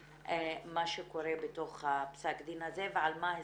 מה שקורה בתוך פסק הדין הזה ועל מה הסתמכו.